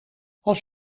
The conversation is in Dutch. als